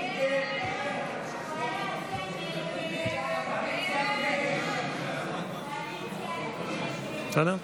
הצבעה.